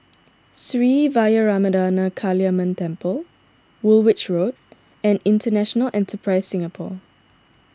Sri Vairavimada Kaliamman Temple Woolwich Road and International Enterprise Singapore